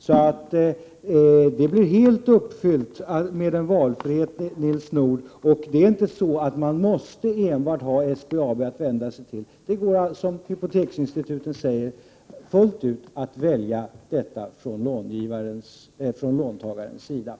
Därmed skulle man också helt ha uppfyllt. önskemålet om valfrihet. Det är inte så, Nils Nordh, att man enbart måste ha SBAB att vända sig till. Det är fullt möjligt för låntagaren att välja, som hypoteksinstituten säger.